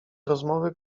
rozmowy